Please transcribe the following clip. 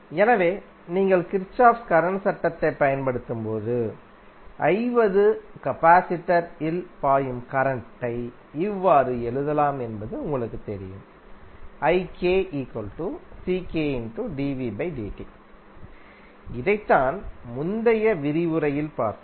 எனவே நீங்கள் Kirchhoff current சட்டத்தைப் பயன்படுத்தும்போது iவதுகபாசிடர் இல்பாயும் கரண்ட் ஐ இவ்வாறுஎழுதலாம் என்பதுஉங்களுக்குத் தெரியும் இதைத்தான் முந்தைய விரிவுரையில் பார்த்தோம்